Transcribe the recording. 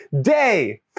Day